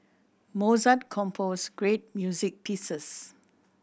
Mozart composed great music pieces